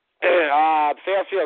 Fairfield